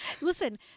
Listen